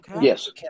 Yes